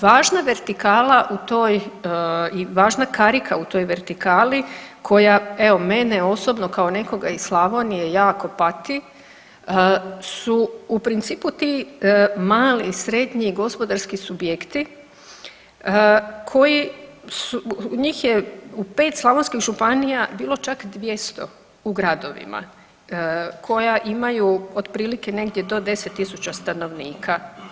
Važna vertikala u toj i važna karika u toj vertikali koja evo mene osobno kao nekoga iz Slavonije jako pati su u principu ti mali i srednji gospodarski subjekti koji, njih je u 5 slavonskih županija bilo čak 200 u gradovima koja imaju otprilike negdje do 10.000 stanovnika.